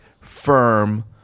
firm